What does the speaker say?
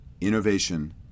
innovation